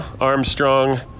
Armstrong